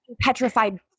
petrified